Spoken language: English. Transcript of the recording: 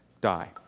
die